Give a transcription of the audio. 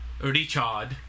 Richard